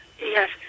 Yes